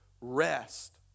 rest